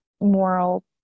moral